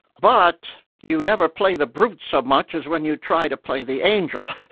but you never play the brute so much as when you try to play the angel.